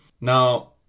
Now